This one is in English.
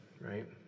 right